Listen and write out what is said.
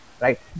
Right